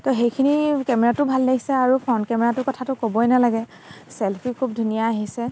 ত' সেইখিনিত কেমেৰাটো ভাল লাগিছে আৰু ফ্ৰণ্ট কেমেৰাটো কথাটো ক'বই নেলাগে চেল্ফী খুব ধুনীয়া আহিছে